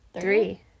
three